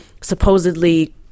supposedly